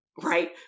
right